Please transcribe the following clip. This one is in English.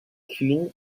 queue